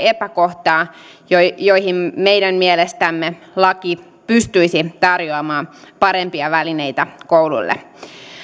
epäkohtaa joihin joihin meidän mielestämme laki pystyisi tarjoamaan parempia välineitä kouluille myös